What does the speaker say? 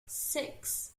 six